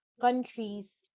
countries